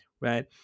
right